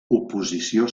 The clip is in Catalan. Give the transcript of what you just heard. oposició